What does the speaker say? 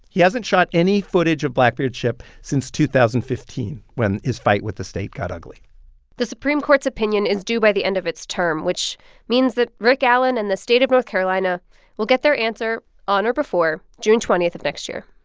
he hasn't shot any footage of blackbeard's ship since two thousand and fifteen, when his fight with the state got ugly the supreme court's opinion is due by the end of its term, which means that rick allen and the state of north carolina will get their answer on or before june twenty of next year